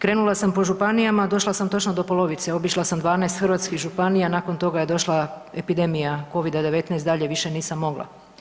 Krenula sam po županijama, došla sam točno do polovice, obišla sam 12 hrvatskih županija, nakon toga je došla epidemija Covid-19 i dalje više nisam mogla.